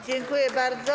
Dziękuję bardzo.